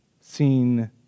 seen